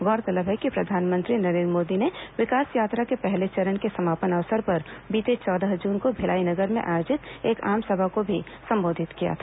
गौरतलब है कि प्रधानमंत्री नरेन्द्र मोदी ने विकास यात्रा के पहले चरण के समापन अवसर पर बीते चौदह जून को भिलाई नगर में आयोजित एक आमसभा को भी संबोधित किया था